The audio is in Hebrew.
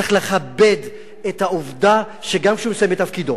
צריך לכבד את העובדה שגם כשהוא מסיים את תפקידו,